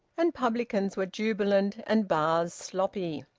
and publicans were jubilant and bars sloppy.